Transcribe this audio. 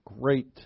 great